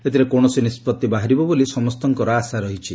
ଏଥିରେ କୌଣସି ନିଷ୍ପଭି ବାହାରିବ ବୋଲି ସମସ୍ତଙ୍କର ଆଶା ରହିଛି